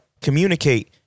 communicate